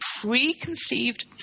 preconceived